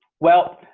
well,